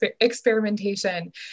experimentation